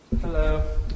Hello